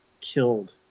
killed